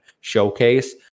showcase